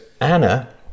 Anna